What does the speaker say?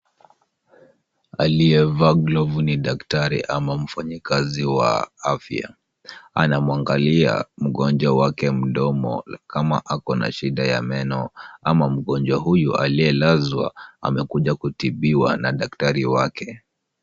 Aliyevaa glovu ni daktari ama mfanyikazi wa afya. Anamuangalia mgonjwa wake mdomo, kama ako na shida ya meno ama mgonjwa huyu aliyelazwa amekuja kutibiwa na daktari wake.